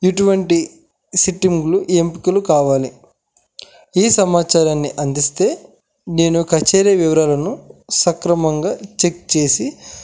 ఎటువంటి సిట్టింగ్లు ఎంపికలు కావాలి ఈ సమాచారాన్ని అందిస్తే నేను కచేరి వివరాలను సక్రమంగా చెక్ చేసి